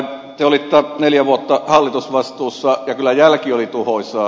te olitte neljä vuotta hallitusvastuussa ja kyllä jälki oli tuhoisaa